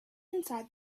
inside